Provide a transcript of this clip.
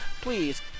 Please